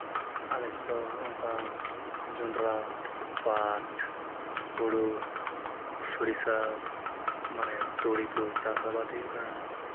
ᱟᱞᱮ ᱥᱮᱫ ᱫᱚ ᱚᱱᱠᱟ ᱡᱚᱱᱰᱨᱟ ᱯᱟᱴᱷ ᱦᱳᱲᱳ ᱥᱚᱨᱤᱥᱟ ᱢᱟᱱᱮ ᱛᱩᱲᱤ ᱠᱚ ᱪᱟᱥ ᱟᱵᱟᱫ ᱦᱩᱭᱩᱜ ᱠᱟᱱᱟ